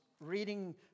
reading